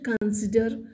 consider